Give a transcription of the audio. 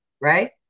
right